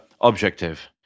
objective